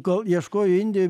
kol ieškojo indijoj